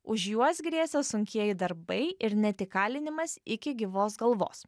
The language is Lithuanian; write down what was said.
už juos grėsė sunkieji darbai ir net įkalinimas iki gyvos galvos